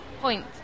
Point